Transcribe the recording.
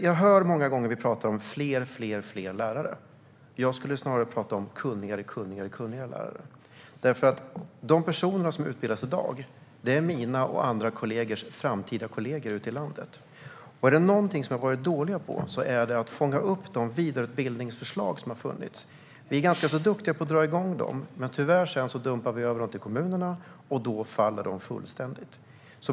Jag hör många gånger hur vi pratar om fler och fler lärare och skulle snarare prata om kunnigare och kunnigare lärare, för de personer som utbildas i dag är mina och andra kollegors framtida kollegor ute i landet. Är det någonting som vi har varit dåliga på är det att fånga upp de vidareutbildningsförslag som har funnits. Vi är ganska duktiga på att dra igång dem, men tyvärr dumpar vi sedan över dem till kommunerna, och då faller de fullständigt.